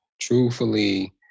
truthfully